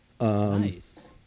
Nice